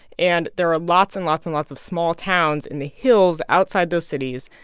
and there are lots and lots and lots of small towns in the hills outside those cities.